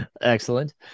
Excellent